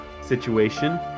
situation